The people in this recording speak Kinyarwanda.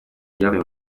ibyavuye